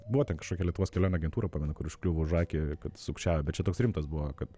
buvo ten kažkokia lietuvos kelionių agentūra pamenu kur užkliuvo už akį kad sukčiauja bet čia toks rimtas buvo kad